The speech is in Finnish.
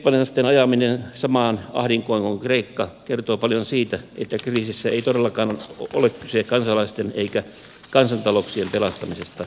espanjalaisten ajaminen samaan ahdinkoon kuin kreikka kertoo paljon siitä että kriisissä ei todellakaan ole kyse kansalaisten eikä kansantalouksien pelastamisesta